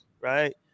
right